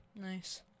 Nice